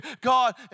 God